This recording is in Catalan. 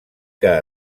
que